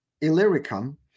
Illyricum